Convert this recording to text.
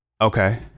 Okay